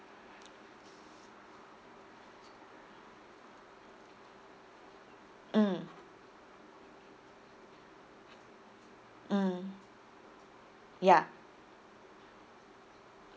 mm mm ya